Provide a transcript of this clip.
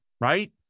right